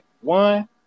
one